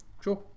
Sure